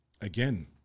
again